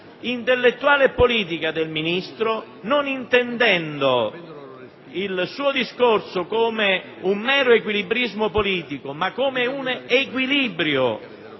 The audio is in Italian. intellettuale e politica del Ministro e non intendiamo il suo discorso come un mero equilibrismo politico, bensì come un equilibrio